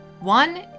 One